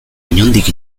inondik